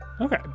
Okay